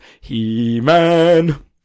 He-Man